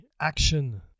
action